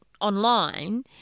online